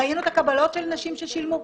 ראינו את הקבלות של נשים ששילמו.